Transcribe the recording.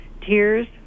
Tears